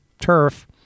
turf